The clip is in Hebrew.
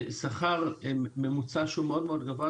בשכר ממוצע שהוא מאוד גבוה,